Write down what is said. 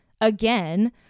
again